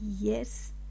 yes